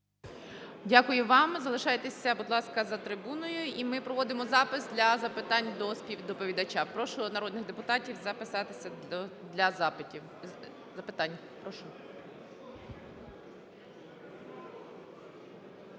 Дякую вам. залишайтеся, будь ласка, за трибуною. І ми проводимо запис для запитань до співдоповідача. Прошу народних депутатів записатися для запитань. Прошу.